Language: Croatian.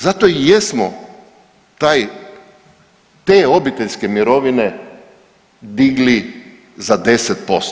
Zato i jesmo te obiteljske mirovine digli za 10%